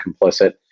complicit